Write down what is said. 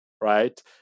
right